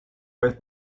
with